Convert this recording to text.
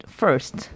first